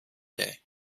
day